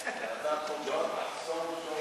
שור